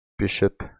Bishop